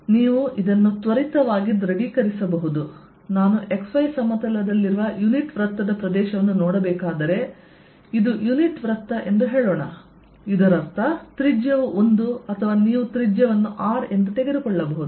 ನೀವು ಇದನ್ನು ತ್ವರಿತವಾಗಿ ದೃಢೀಕರಿಸಬಹುದು ನಾನು XY ಸಮತಲದಲ್ಲಿರುವ ಯುನಿಟ್ ವೃತ್ತದ ಪ್ರದೇಶವನ್ನು ನೋಡಬೇಕಾದರೆ ಇದು ಯುನಿಟ್ ವೃತ್ತ ಎಂದು ಹೇಳೋಣ ಇದರರ್ಥ ತ್ರಿಜ್ಯವು 1 ಅಥವಾ ನೀವು ತ್ರಿಜ್ಯವನ್ನು r ಎಂದು ತೆಗೆದುಕೊಳ್ಳಬಹುದು